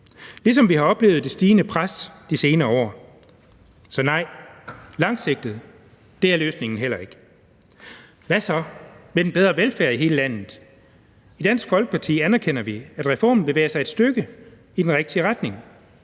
ligesom vi har oplevet det stigende pres de senere år. Så nej, langsigtet er løsningen heller ikke. Hvad så med den bedre velfærd i hele landet? I Dansk Folkeparti anerkender vi, at reformen bevæger sig et stykke i den rigtige retning,